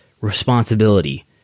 responsibility